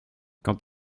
quant